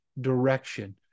direction